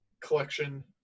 collection